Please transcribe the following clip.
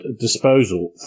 disposal